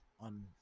on